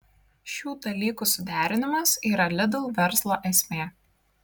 šių dalykų suderinimas yra lidl verslo esmė